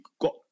got